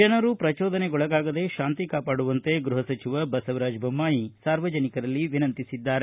ಜನರು ಪ್ರಜೋದನೆಗೊಳಗಾಗದೆ ಶಾಂತಿ ಕಾಪಾಡುವಂತೆ ಗೃಹ ಸಚಿವ ಬಸವರಾಜ ಬೊಮ್ಬಾಯಿ ಸಾರ್ವಜನಿಕರಲ್ಲಿ ಮನವಿ ಮಾಡಿದ್ದಾರೆ